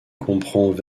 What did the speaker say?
comprend